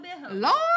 Lord